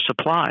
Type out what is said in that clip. supply